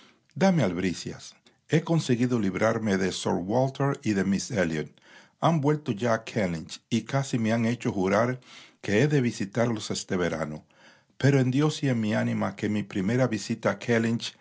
dame albricias he conseguido librarme de sir walter y de miss elliot han vuelto ya a kellynch y casi me han hecho jurar que he de visitarlos este verano pero en dios y j en mi ánima que mi primera visita